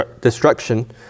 destruction